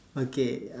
okay uh